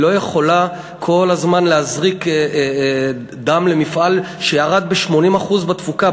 היא לא יכולה כל הזמן להזריק דם למפעל שירד ב-80% בתפוקה.